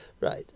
Right